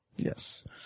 Yes